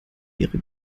ihre